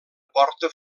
porta